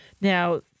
Now